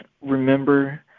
remember